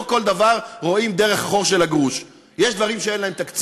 זה לא מסוג הדברים שיכולים להתגלגל